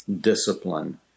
discipline